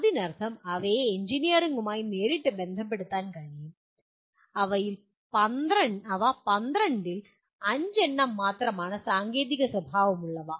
അതിനർത്ഥം അവയെ എഞ്ചിനീയറിംഗുമായി നേരിട്ട് ബന്ധപ്പെടുത്താൻ കഴിയും അവ 12 ൽ 5 എണ്ണം മാത്രമാണ് സാങ്കേതിക സ്വഭാവമുള്ളവ